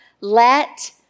let